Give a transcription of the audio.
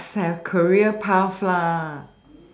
must have career path lah